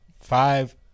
five